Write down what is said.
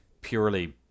purely